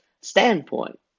standpoint